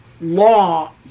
law